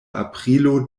aprilo